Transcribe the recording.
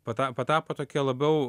pata patapo tokia labiau